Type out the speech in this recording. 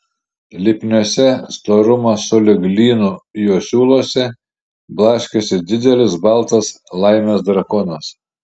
lipniuose storumo sulig lynu jo siūluose blaškėsi didelis baltas laimės drakonas